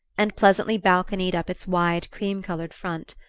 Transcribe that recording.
and pleasantly balconied up its wide cream-coloured front.